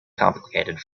complicated